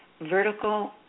vertical